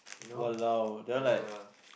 you know yeah